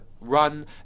run